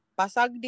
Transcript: pasagdi